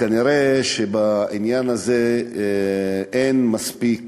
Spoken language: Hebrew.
וכנראה בעניין הזה אין מספיק